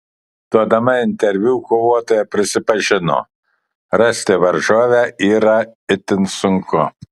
duodama interviu kovotoja prisipažino rasti varžovę yra itin sunku